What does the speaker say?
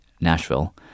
Nashville